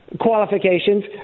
qualifications